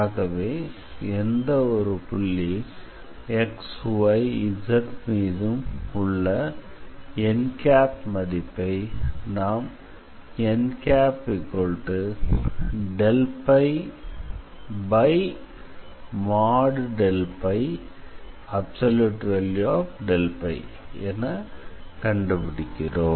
ஆகவே எந்த ஒரு புள்ளிxyz மீதும் உள்ள n மதிப்பை நாம் n|| என கண்டுபிடிக்கிறோம்